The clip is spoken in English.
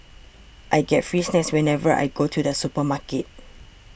I get free snacks whenever I go to the supermarket